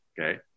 Okay